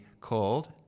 called